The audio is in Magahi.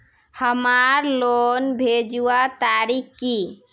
हमार लोन भेजुआ तारीख की?